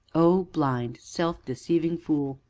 o blind, self-deceiving fool!